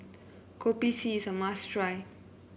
Kopi C is a must try